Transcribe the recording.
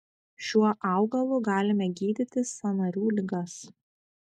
šiuo augalu galime gydyti sąnarių ligas